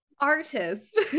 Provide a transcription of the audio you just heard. artist